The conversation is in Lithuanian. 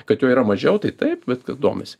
kad jo yra mažiau tai taip bet kad domisi